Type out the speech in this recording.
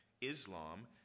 Islam